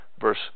verse